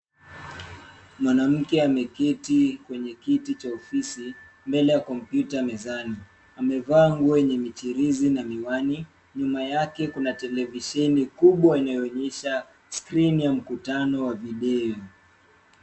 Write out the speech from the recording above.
Mwanamke ameketi kwenye kiti cha ofisi mbele ya kompyuta mezani. Amevaa nguo yenye michirizi na miwani. Nyuma yake kuna televisheni kubwa inayoonyesha skrini ya mkutano wa video.